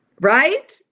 right